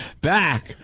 Back